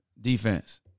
Defense